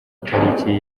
itariki